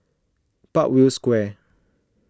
Parkview Square